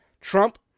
Trump